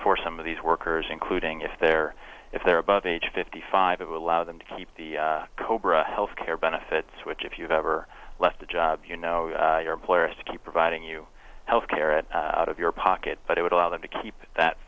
for some of these workers including if they're if they're above age fifty five allow them to keep the cobra health care benefits which if you've ever left a job you know your employer is to keep providing you health care at out of your pocket but it would allow them to keep that